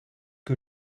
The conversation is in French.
que